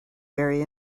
very